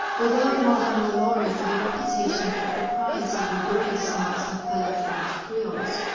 although madame lalaurie had a reputation for propriety and grace amongst her fellow french creoles,